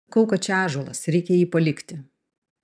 sakau kad čia ąžuolas reikia jį palikti